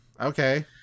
okay